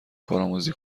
کارآموزی